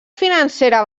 financera